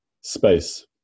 space